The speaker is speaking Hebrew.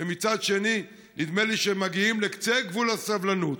מצד שני, נדמה לי שהם מגיעים לקצה גבול הסבלנות.